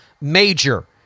major